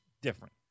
Different